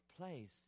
place